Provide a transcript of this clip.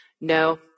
No